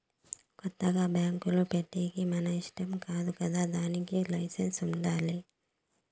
కొత్తగా బ్యాంకులు పెట్టేకి మన ఇష్టం కాదు కదా దానికి లైసెన్స్ ఉండాలి